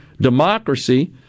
democracy